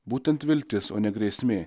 būtent viltis o ne grėsmė